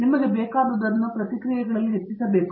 ನಿಮಗೆ ಬೇಕಾದುದನ್ನು ಪ್ರತಿಕ್ರಿಯೆಗಳಲ್ಲಿ ಹೆಚ್ಚಿಸಬೇಕು